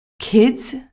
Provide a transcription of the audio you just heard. kids